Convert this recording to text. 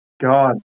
God